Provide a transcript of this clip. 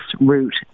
route